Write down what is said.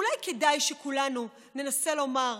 אולי כדאי שכולנו ננסה לומר: